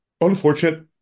unfortunate